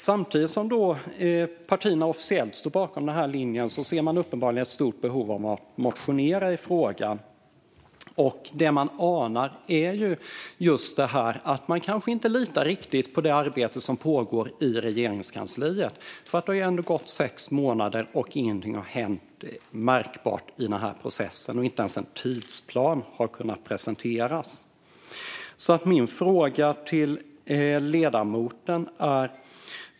Samtidigt som partierna officiellt står bakom linjen ser man uppenbarligen ett stort behov av att motionera i frågan. Det man anar är att man kanske inte riktigt litar på det arbete som pågår i Regeringskansliet. Det har ändå gått sex månader, och ingenting märkbart har hänt i processen. Inte ens en tidsplan har presenterats.